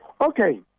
Okay